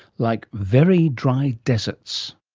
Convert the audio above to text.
like very dry deserts.